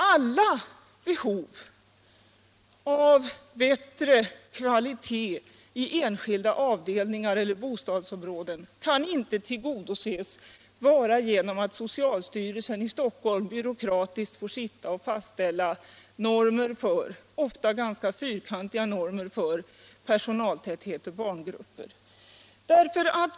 Alla behov av bättre kvalitet i enskilda avdelningar eller bostadsområden kan inte tillgodoses bara genom att socialstyrelsen i Stockholm byråkratiskt får sitta och fastställa normer — ofta ganska fyrkantiga normer —- för personaltäthet och barngrupper.